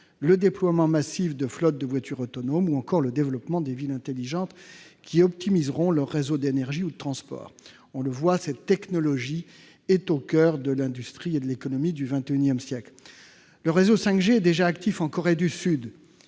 le déploiement massif de flottes de voitures autonomes, ou encore le développement de « villes intelligentes » qui optimiseront leurs réseaux d'énergie ou de transport. On le voit, cette technologie est au coeur de l'industrie et de l'économie du XXI siècle. Le réseau 5G est déjà actif en Corée du Sud,